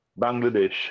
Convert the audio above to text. Bangladesh